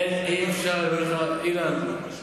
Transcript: אי-אפשר, אילן.